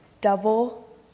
Double